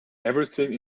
everything